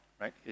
right